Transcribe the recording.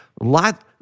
Lot